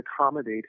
accommodate